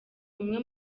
umwe